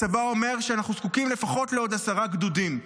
הצבא אומר שאנחנו זקוקים לפחות לעוד עשרה גדודים.